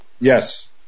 Yes